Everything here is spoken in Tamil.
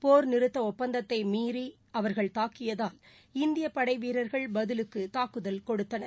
போர் நிறுத்த ஒப்பந்தத்தை மீறி அவர்கள் தாக்கியதால் இந்திய படை வீரர்கள் பதிலுக்கு தாக்குதல் கொடுத்தனர்